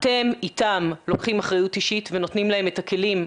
אתם איתם לוקחים אחריות אישית ונותנים להם את הכלים.